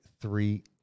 three